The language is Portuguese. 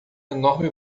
enorme